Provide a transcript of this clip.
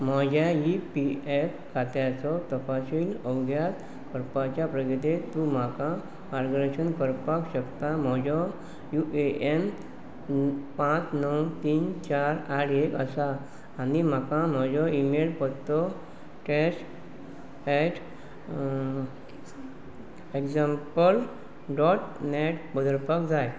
म्हज्या E P F खात्याचो तपशील अवग्यात करपाच्या प्रगती तूं म्हाका मार्गदर्शन करपाक शकता म्हजो यू ए एन पांच णव तीन चार आठ एक आसा आनी म्हाका म्हजो ईमेल पत्तो test at example dot net बदलपाक जाय